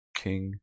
king